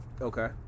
Okay